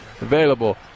available